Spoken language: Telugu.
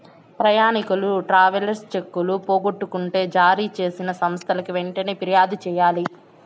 ప్రయాణికులు ట్రావెలర్ చెక్కులు పోగొట్టుకుంటే జారీ చేసిన సంస్థకి వెంటనే ఫిర్యాదు చెయ్యాలి